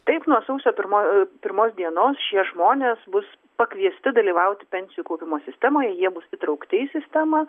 taip nuo sausio pirmo pirmos dienos šie žmonės bus pakviesti dalyvauti pensijų kaupimo sistemoje jie bus įtraukti į sistemą